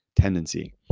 tendency